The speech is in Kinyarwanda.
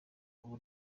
uba